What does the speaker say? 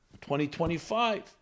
2025